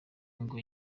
ngo